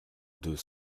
deux